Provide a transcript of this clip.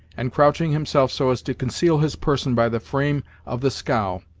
and crouching himself so as to conceal his person by the frame of the scow,